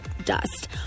Dust